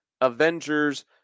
Avengers